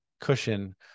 cushion